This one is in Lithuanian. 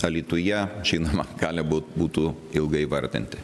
alytuje žinoma gali būt būtų ilgai vardinti